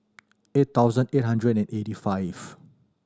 eight thousand eight hundred and eighty five